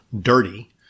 dirty